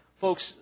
folks